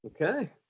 okay